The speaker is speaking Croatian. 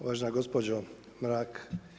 Uvažena gospođo Mrak.